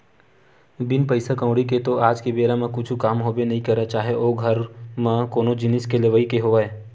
बिन पइसा कउड़ी के तो आज के बेरा म कुछु काम होबे नइ करय चाहे ओ घर म कोनो जिनिस के लेवई के होवय